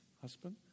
husband